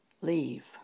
leave